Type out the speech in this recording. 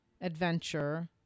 adventure